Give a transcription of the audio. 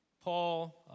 Paul